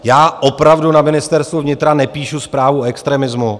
Já opravdu na Ministerstvu vnitra nepíšu zprávu o extremismu.